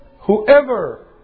whoever